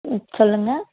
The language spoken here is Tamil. ம் சொல்லுங்கள்